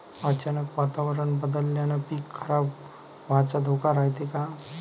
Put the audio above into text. अचानक वातावरण बदलल्यानं पीक खराब व्हाचा धोका रायते का?